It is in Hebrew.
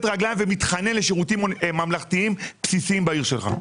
רגליים ומתחנן לשירותים ממלכתיים בסיסיים בעיר שלך.